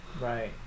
Right